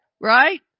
right